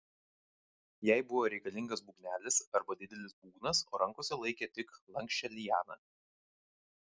jai buvo reikalingas būgnelis arba didelis būgnas o rankose laikė tik lanksčią lianą